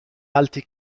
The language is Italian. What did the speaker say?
alti